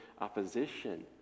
opposition